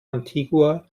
antigua